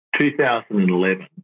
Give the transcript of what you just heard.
2011